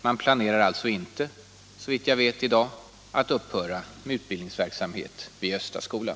Man planerar alltså inte, såvitt jag vet i dag, att upphöra — av Östaskolan i med utbildningsverksamhet vid Östaskolan.